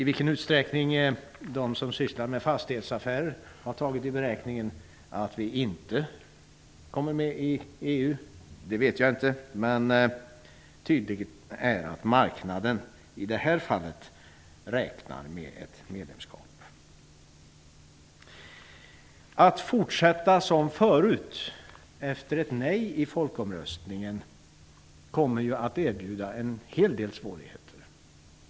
I vilken utsträckning de som sysslar med fastighetsaffärer har tagit i beräkning att vi inte kommer med i EU vet jag inte, men tydligt är att marknaden räknar med ett medlemskap. Att fortsätta som förut efter ett eventuellt nej i folkomröstningen kommer att erbjuda en hel del svårigheter.